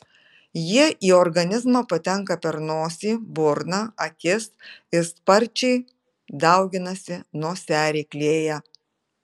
jie į organizmą patenka per nosį burną akis ir sparčiai dauginasi nosiaryklėje